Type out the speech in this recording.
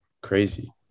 Crazy